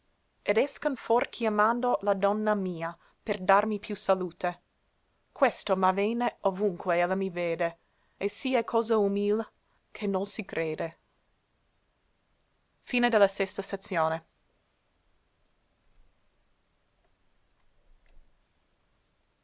ed escon for chiamando la donna mia per darmi più salute questo m'avene ovunque ella mi vede e sì è cosa umìl che nol si crede